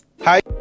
Hi